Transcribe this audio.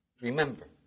Remember